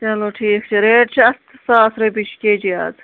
چَلو ٹھیٖک چھُ ریٚٹ چھُ اتھ ساس رۅپیہِ چھُ کے جی از